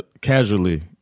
casually